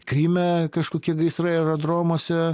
kryme kažkokie gaisrai aerodromuose